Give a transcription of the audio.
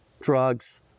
Drugs